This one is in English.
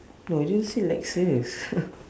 no I didn't say lexus